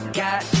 got